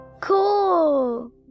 Cool